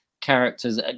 characters